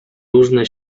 różne